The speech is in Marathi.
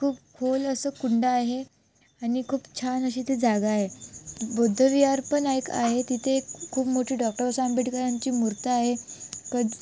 ते खूप खोल असं कुंड आहे आणि खूप छान अशी ती जागा आहे बुद्ध विहार पण ऐक आहे तिथे खूप मोठी डॉक्टर बाबासाहेब आंबेडकरांची मूर्ती आहे